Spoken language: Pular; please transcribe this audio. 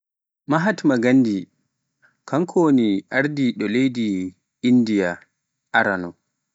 Mahtma Ghandi kanko wani ardiɗo leydi Indiya arano.